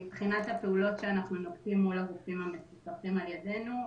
מבחינת הפעולות שאנחנו נוקטים מול הגופים המפוקחים על ידנו,